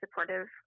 supportive